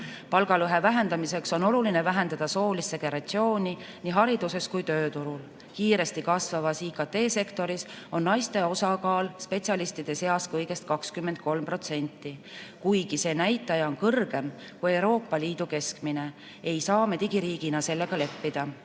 Palgalõhe vähendamiseks on oluline vähendada soolist segregatsiooni nii hariduses kui ka tööturul. Kiiresti kasvavas IKT-sektoris on naiste osakaal spetsialistide seas kõigest 23%. Kuigi see näitaja on kõrgem kui Euroopa Liidu keskmine, ei saa me digiriigina sellega leppida.